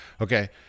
Okay